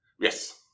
Yes